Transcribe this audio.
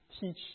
teach